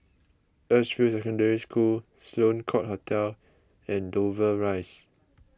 Edgefield Secondary School Sloane Court Hotel and Dover Rise